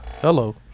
Hello